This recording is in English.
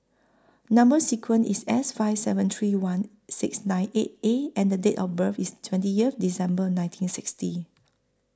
Number sequence IS S five seven three one six nine eight A and Date of birth IS twenty Year December one thousand nine hundred and sixty